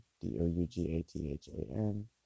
d-o-u-g-a-t-h-a-n